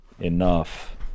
enough